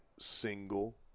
single